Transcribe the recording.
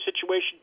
situation